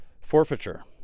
Forfeiture